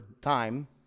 time